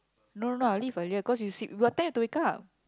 no no no I'll leave earlier cause you seep what time you have to wake up